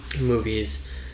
movies